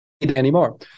anymore